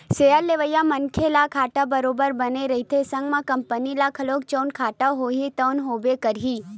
share लेवइया मनखे ल घाटा बरोबर बने रहिथे संग म कंपनी ल घलो जउन घाटा होही तउन होबे करही